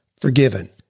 forgiven